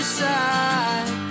side